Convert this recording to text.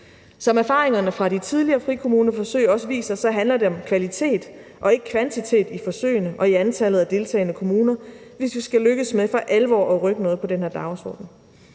Som erfaringerne fra de tidligere frikommuneforsøg også viser, handler det om kvalitet og ikke kvantitet i forsøgene og i antallet af deltagende kommuner, hvis vi skal lykkes med for alvor at rykke noget på den her dagsorden.